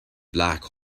black